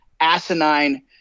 asinine